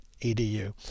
edu